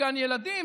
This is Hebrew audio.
גן ילדים,